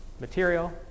material